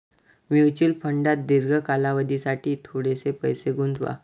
mutual फंडात दीर्घ कालावधीसाठी थोडेसे पैसे गुंतवा